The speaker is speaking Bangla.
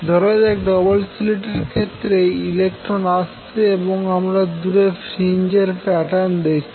ধরাযাক ডবল স্লিট এর ক্ষেত্রে ইলেকট্রন আসছে এবং আমরা দূরে ফ্রিঞ্জ এর প্যাটার্ন দেখেছি